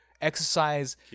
exercise